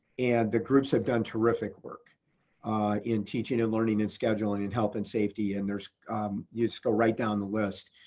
and the groups have done terrific work in teaching and learning and scheduling and health and safety and there's you just go right down the list.